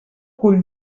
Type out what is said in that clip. cul